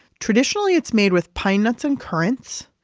traditionally it's made with pine nuts and currents.